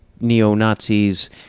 neo-Nazis